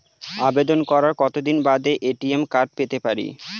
আবেদন করার কতদিন বাদে এ.টি.এম কার্ড পেতে পারি?